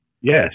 Yes